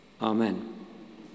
Amen